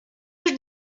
your